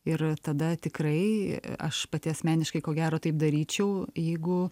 ir tada tikrai aš pati asmeniškai ko gero taip daryčiau jeigu